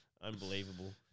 Unbelievable